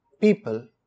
people